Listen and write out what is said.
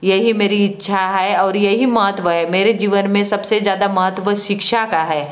यही मेरी इच्छा है और यही महत्व है मेरे जीवन में सबसे ज़्यादा महत्त्व शिक्षा का है